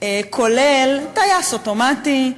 כולל טייס אוטומטי,